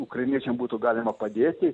ukrainiečiam būtų galima padėti